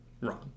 wrong